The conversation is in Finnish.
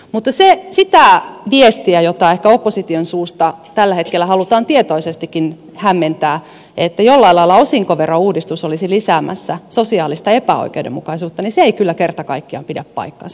mutta se viesti jolla ehkä opposition suusta tällä hetkellä halutaan tietoisestikin hämmentää että jollain lailla osinkoverouudistus olisi lisäämässä sosiaalista epäoikeudenmukaisuutta ei kyllä kerta kaikkiaan pidä paikkaansa